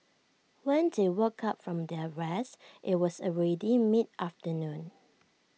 when they woke up from their rest IT was already mid afternoon